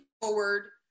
forward